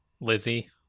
lizzie